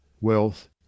wealth